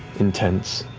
intense.